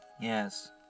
Yes